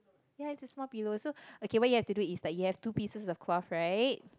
ya it's a small pillow so okay what you have to do is like you have two pieces of cloth right